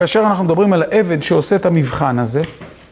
כאשר אנחנו מדברים על העבד שעושה את המבחן הזה.